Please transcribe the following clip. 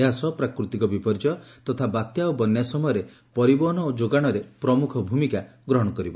ଏହାସହ ପ୍ରାକୃତିକ ବିପର୍ଯ୍ୟ ତଥା ବାତ୍ୟା ଓ ବନ୍ୟା ସମ ଯୋଗାଶରେ ପ୍ରମୁଖ ଭୂମିକା ଗ୍ରହଣ କରିବ